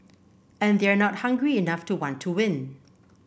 and they're not hungry enough to want to win